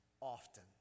often